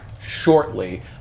shortly